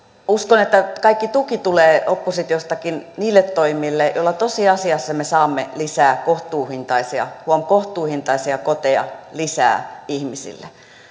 uskon että kaikki tuki tulee oppositiostakin niille toimille joilla tosiasiassa me saamme lisää kohtuuhintaisia huom kohtuuhintaisia koteja ihmisille